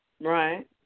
Right